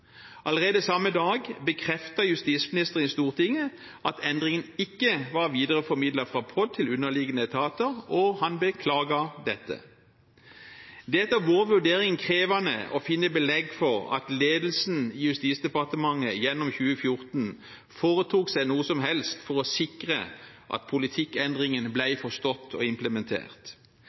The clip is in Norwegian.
Allerede samme dag bekreftet justisministeren i Stortinget at endringen ikke var videreformidlet fra POD til underliggende etater, og han beklaget dette. Det er etter vår vurdering krevende å finne belegg for at ledelsen i Justisdepartementet gjennom 2014 foretok seg noe som helst for å sikre at politikkendringen